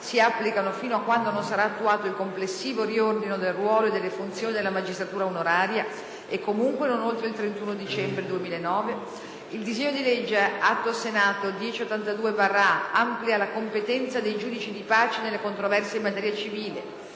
si applicano fino a quando non sara` attuato il complessivo riordino del ruolo e delle funzioni della magistratura onoraria, e comunque non oltre il 31 dicembre 2009; il disegno di legge AS n. 1082/A amplia la competenza dei giudici di pace nelle controversie in materia civile;